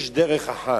יש דרך אחת,